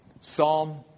Psalm